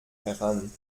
heran